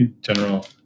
general